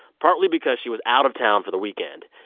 partly because she was out of town for the weekend.